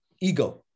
ego